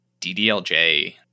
DDLJ